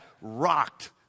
rocked